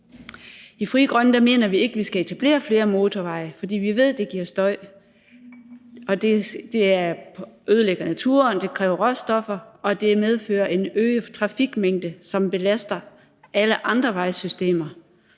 I Frie Grønne mener vi ikke, at vi skal etablere flere motorveje, fordi vi ved, at det giver støj. Det ødelægger naturen, det kræver råstoffer, og det medfører en øget trafikmængde, som belaster alle andre vejsystemer.